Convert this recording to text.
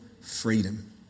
freedom